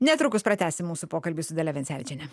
netrukus pratęsim mūsų pokalbį su dalia vencevičiene